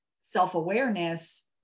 self-awareness